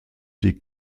die